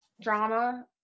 drama